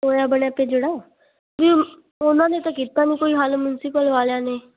ਟੋਇਆ ਬਣਿਆ ਪਿਆ ਜਿਹੜਾ ਵੀ ਉਹਨਾਂ ਨੇ ਤਾਂ ਕੀਤਾ ਨਹੀਂ ਕੋਈ ਹੱਲ ਮੁਨਸੀਪਲ ਵਾਲਿਆਂ ਨੇ